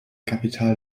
kapital